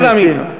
ביקשתי ממך,